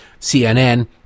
CNN